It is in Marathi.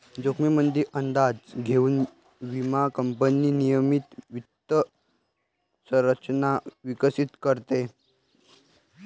जोखमीचा अंदाज घेऊन विमा कंपनी नियमित वित्त संरचना विकसित करते